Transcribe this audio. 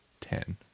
ten